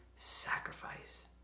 sacrifice